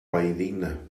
valldigna